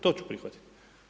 To ću prihvatiti.